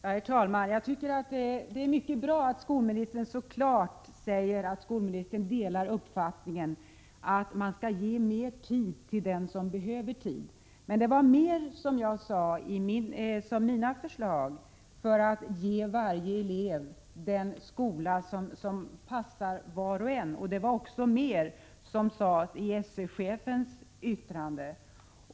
Herr talman! Det är mycket bra att skolministern så klart säger sig dela uppfattningen att man skall ge mer tid till den som behöver tid. Men mina förslag innehöll mer av åtgärder för att ge eleverna en skola som passar var och en, och det sades också mer i SÖ-chefens yttrande.